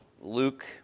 Luke